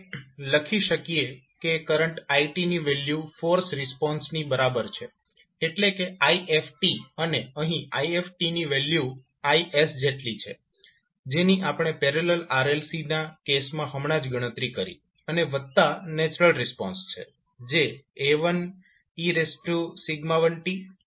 આપણે લખી શકીએ કે કરંટ i ની વેલ્યુ ફોર્સ રિસ્પોન્સની બરાબર છે એટલે કે if અને અહી if ની વેલ્યુ Is જેટલી છે જેની આપણે પેરેલલ RLC ના કેસમાં હમણાં જ ગણતરી કરી અને વત્તા નેચરલ રિસ્પોન્સ છે જે A1e1tA2e2t છે